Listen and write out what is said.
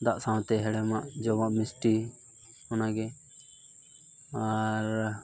ᱫᱟᱜ ᱥᱟᱶᱛᱮ ᱦᱮᱲᱮᱢᱟᱜ ᱡᱚᱢᱟᱜ ᱢᱤᱥᱴᱤ ᱚᱱᱟᱜᱮ ᱟᱨᱻ